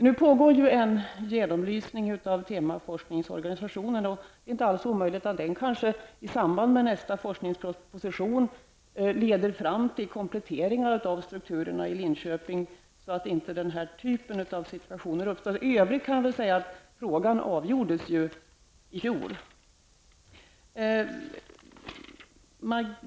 Nu pågår ju en genomlysning av temaforskningsorganisationen, och det är inte alls omöjligt att den i samband med nästa forskningsproposition leder fram till kompletteringar av strukturerna i Linköping, så att den situation Birger Hagård talar om inte uppstår. I övrigt kan jag väl säga att frågan avgjordes ju i fjol.